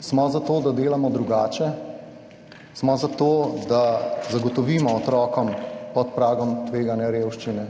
Smo za to, da delamo drugače, smo za to, da zagotovimo otrokom pod pragom tveganja revščine